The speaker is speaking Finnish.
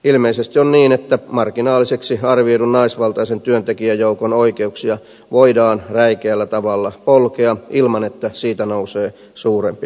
ilmeisesti on niin että marginaaliseksi arvioidun naisvaltaisen työntekijäjoukon oikeuksia voidaan räikeällä tavalla polkea ilman että siitä nousee suurempi häly